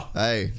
hey